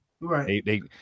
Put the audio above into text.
Right